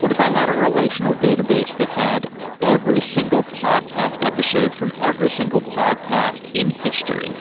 what if i had a relational database that had every single podcast episode from every single podcast in history?